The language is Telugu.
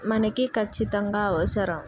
మనకు ఖచ్చితంగా అవసరం